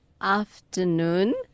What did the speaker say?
afternoon